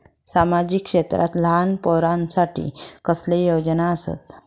सामाजिक क्षेत्रांत लहान पोरानसाठी कसले योजना आसत?